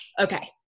okay